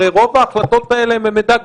הרי רוב ההחלטות האלה הם מידע גלוי.